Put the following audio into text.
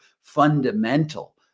fundamental